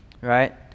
Right